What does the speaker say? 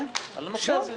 כן, על הנושא הזה.